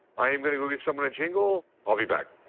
i am going to give someone a jingle. i'll be back.